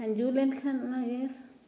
ᱡᱩᱞᱮᱱᱠᱷᱟᱱ ᱚᱱᱟ ᱜᱮᱥ